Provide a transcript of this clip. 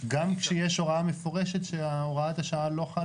אי אפשר לקבל את שתי ההסתייגויות האלה --- אבל